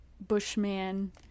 bushman